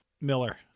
miller